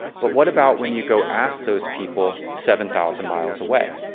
but what about when you go ask those people seven thousand miles away?